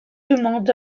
demande